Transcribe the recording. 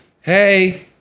hey